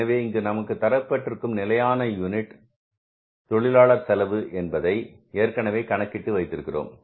எனவே இங்கே நமக்கு தரப்பட்டிருக்கும் நிலையான யூனிட் தொழிலாளர் செலவு என்பதை ஏற்கனவே கணக்கிட்டு வைத்திருக்கிறோம்